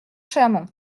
chamond